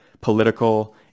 political